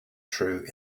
true